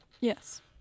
Yes